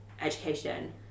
education